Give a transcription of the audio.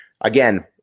again